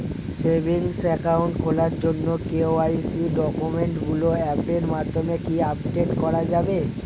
Savings account খোলার জন্য KYC ডকুমেন্টগুলো অ্যাপের মাধ্যমে কি আপডেট করা যাবে?